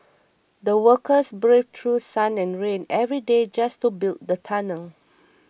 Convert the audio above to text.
the workers braved through sun and rain every day just to build the tunnel